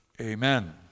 Amen